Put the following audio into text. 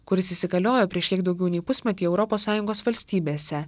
kuris įsigaliojo prieš kiek daugiau nei pusmetį europos sąjungos valstybėse